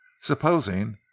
Supposing